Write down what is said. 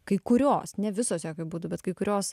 kai kurios ne visos jokiu būdu bet kai kurios